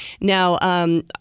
Now